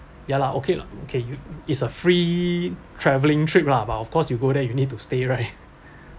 ya lah okay lah okay you it's a free travelling trip lah but of course you go there you need to stay right